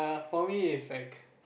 for me it's like